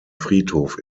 friedhof